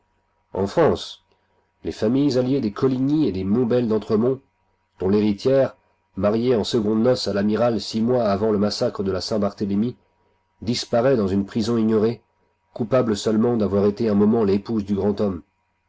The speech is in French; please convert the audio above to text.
en france les familles alliées des coligny et des montbel dentremont dont l'héritière mariée en secondes noces à l'amiral six mois avant le massacre de la saint-barthélemy disparaît dans une prison ignorée coupable seulement d'avoir été un moment l'épouse du grand homme